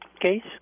case